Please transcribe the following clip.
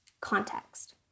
context